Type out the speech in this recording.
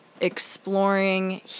exploring